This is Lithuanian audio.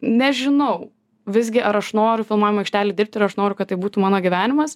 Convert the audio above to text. nežinau visgi ar aš noriu filmavimo aikštelėj dirbt ir aš noriu kad tai būtų mano gyvenimas